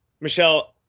michelle